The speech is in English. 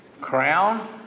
Crown